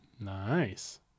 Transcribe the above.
Nice